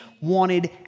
wanted